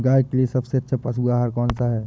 गाय के लिए सबसे अच्छा पशु आहार कौन सा है?